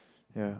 ya